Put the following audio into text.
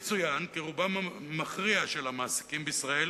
יצוין כי רובם המכריע של העסקים בישראל